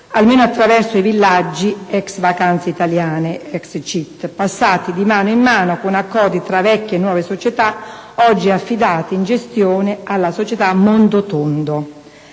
almeno attraverso i villaggi ex Vacanze Italiane (ex CIT), passati di mano in mano attraverso accordi tra vecchie e nuove società, oggi affidati in gestione alla società Mondotondo.